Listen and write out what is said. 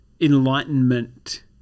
enlightenment